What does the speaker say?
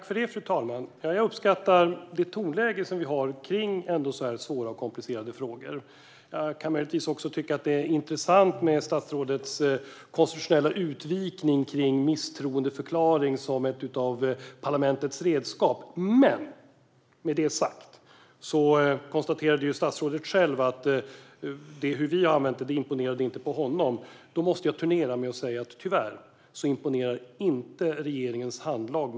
Fru talman! Jag uppskattar det tonläge som vi har i sådana här svåra och komplicerade frågor. Jag kan möjligtvis tycka att det är intressant med statsrådets konstitutionella utvikning kring misstroendeförklaring som ett av parlamentets redskap. Statsrådet konstaterade att vårt sätt att använda detta redskap inte imponerade på honom. Jag måste returnera detta med att säga att jag tyvärr inte imponeras av regeringens handlag.